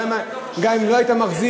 גם אם לא היית מחזיר